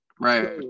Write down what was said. Right